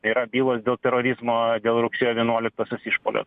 yra bylos dėl terorizmo dėl rugsėjo vienuoliktosios išpuolio